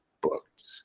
booked